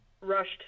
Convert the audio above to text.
rushed